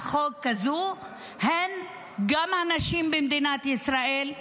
חוק כזאת הן גם הנשים במדינת ישראל,